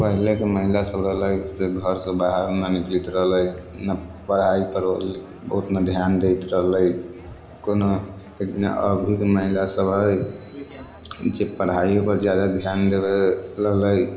पहिले के महिला सब रहलै से घर से बाहर ना निकलैत रहलै ना पढ़ाई पर ओ उतना ध्यान दैत रहलै कोनो अभी के महिला सब है जे पढ़ाईओ पर जादा ध्यान देबे लगलै